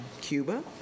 Cuba